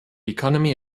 economy